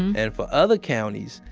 and for other counties,